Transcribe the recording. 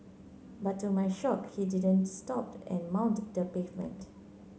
but to my shock he didn't stopped and mount the pavement